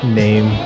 name